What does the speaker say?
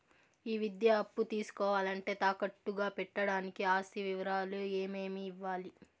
ఈ విద్యా అప్పు తీసుకోవాలంటే తాకట్టు గా పెట్టడానికి ఆస్తి వివరాలు ఏమేమి ఇవ్వాలి?